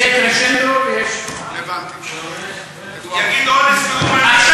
יש קרשנדו ויש, הבנתי, יגיד: אונס לאומני.